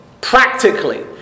Practically